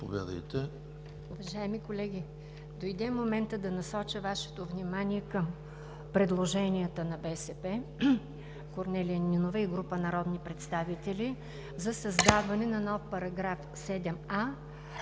Уважаеми колеги, дойде моментът да насоча Вашето внимание към предложенията на БСП – Корнелия Нинова и група народни представители, за създаване на нов § 7а,